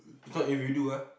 so if you do ah